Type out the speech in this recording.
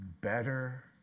better